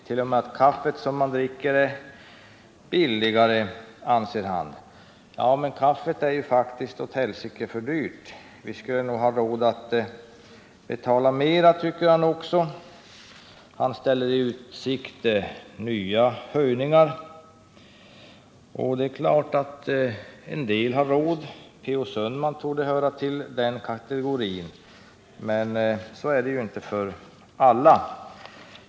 T. o. m. kaffet som vi dricker är dyrare, säger han. Ja, men kaffet är ju faktiskt alldeles för dyrt. Vi skulle ha råd att betala mera, tycker han. Han ställer i utsikt nya höjningar. Det är klart att en del har råd. P. O. Sundman torde höra till den kategorin. Men så är det inte för alla.